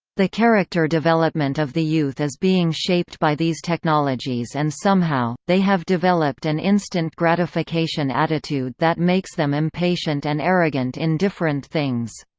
the character development of the youth is being shaped by these technologies and somehow, they have developed an and instant gratification attitude that makes them impatient and arrogant in different things.